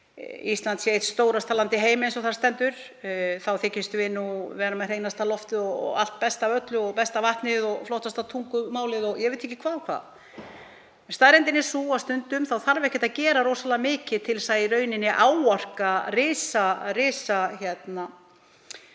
Ísland sé eitt stórasta land í heimi, eins og þar stendur, við þykjumst vera með hreinasta loftið og allt best af öllu og besta vatnið og flottasta tungumálið og ég veit ekki hvað og hvað — er staðreyndin er sú að stundum þarf ekki að gera rosalega mikið til þess að áorka miklu og ná